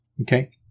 Okay